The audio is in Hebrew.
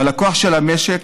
אבל הכוח של המשק